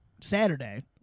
Saturday